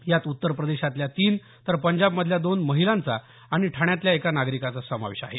यात उत्तर प्रदेशातल्या तीन तर पंजाब मधल्या दोन महिलांचा आणि ठाण्यातल्या एका नागरिकाचा समावेश आहे